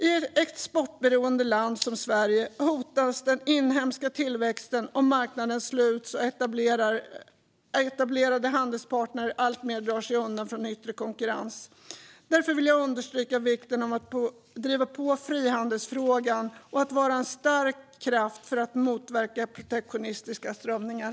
I ett exportberoende land som Sverige hotas den inhemska tillväxten om marknaderna sluts och etablerade handelspartner alltmer drar sig undan från yttre konkurrens. Därför vill jag understryka vikten av att driva på frihandelsfrågan och att vara en stark kraft för att motverka protektionistiska strömningar.